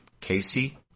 Casey